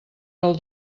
del